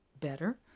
better